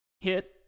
hit